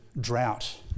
drought